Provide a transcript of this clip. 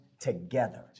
Together